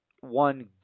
one